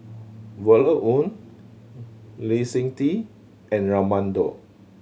Violet Oon Lee Seng Tee and Raman Daud